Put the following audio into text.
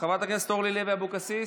חברת הכנסת אורלי לוי אבקסיס,